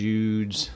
Jude's